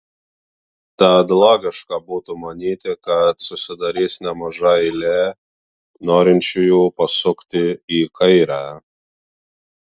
tad logiška būtų manyti kad susidarys nemaža eilė norinčiųjų pasukti į kairę